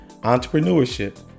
entrepreneurship